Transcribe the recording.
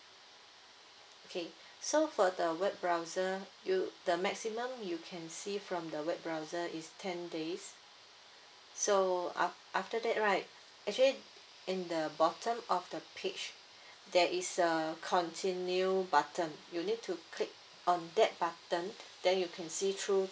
okay so for the web browser you the maximum you can see from the web browser is ten days so af~ after that right actually in the bottom of the page there is a continue button you need to click on that button then you can see through